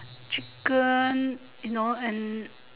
chicken you know and